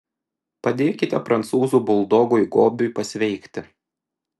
padėkite prancūzų buldogui gobiui pasveikti